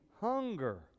hunger